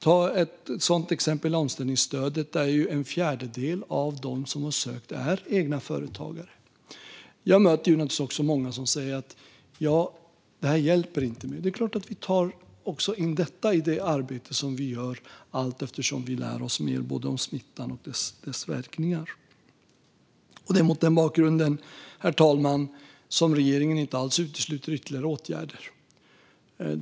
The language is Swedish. Ett exempel är omställningsstödet. En fjärdedel av dem som har sökt det är egna företagare. Jag möter naturligtvis också många som säger att det här inte hjälper nu, och det är klart att vi tar in även detta i det arbete som vi gör allteftersom vi lär oss mer om både smittan och dess verkningar. Det är mot den bakgrunden, herr talman, som regeringen inte alls utesluter ytterligare åtgärder.